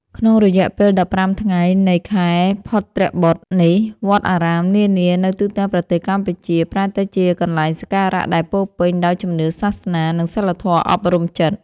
ក្នុងរយៈពេល ១៥ ថ្ងៃនៃខែភទ្របទនេះ វត្តអារាមនានានៅទូទាំងប្រទេសកម្ពុជា ប្រែទៅជាទីកន្លែងសក្ការៈដែលពោរពេញដោយជំនឿសាសនា និងសីលធម៌អប់រំចិត្ត។